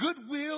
goodwill